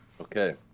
Okay